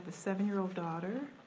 seven year old daughter.